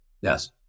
Yes